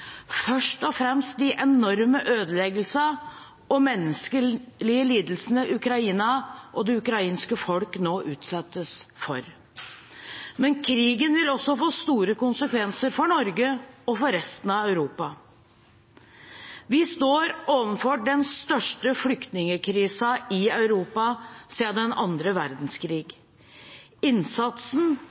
først og fremst de enorme ødeleggelsene og menneskelige lidelsene Ukraina og det ukrainske folk nå utsettes for. Men krigen vil også få store konsekvenser for Norge og for resten av Europa. Vi står overfor den største flyktningkrisen i Europa siden annen verdenskrig. Innsatsen